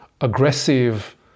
aggressive